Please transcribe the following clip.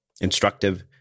instructive